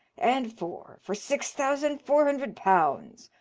and four. for six thousand four hundred pounds.